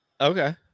Okay